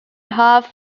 half